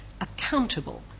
accountable